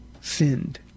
sinned